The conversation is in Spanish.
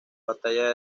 batalla